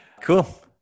Cool